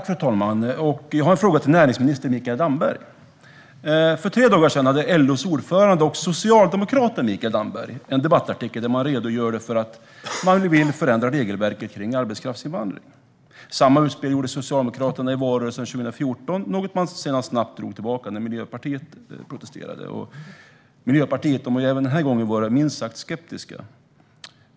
Fru talman! Jag har en fråga till näringsminister Mikael Damberg. För tre dagar publicerades en debattartikel där LO:s ordförande och socialdemokraten Mikael Damberg redogjorde för att de vill förändra regelverket för arbetskraftsinvandring. Samma utspel gjorde Socialdemokraterna i valrörelsen 2014, men det drogs snabbt tillbaka när Miljöpartiet protesterade. Även denna gång har Miljöpartiet varit minst sagt skeptiska.